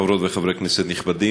חברות וחברי כנסת נכבדים,